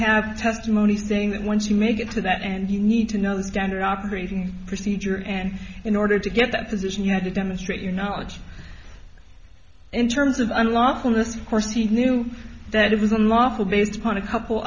have testimony saying that once you make it to that and you need to know the standard operating procedure and in order to get that position you have to demonstrate your knowledge in terms of unlawfulness of course he knew that it was unlawful based upon a couple